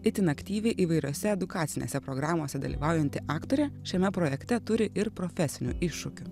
itin aktyviai įvairiose edukacinėse programose dalyvaujanti aktorė šiame projekte turi ir profesinių iššūkių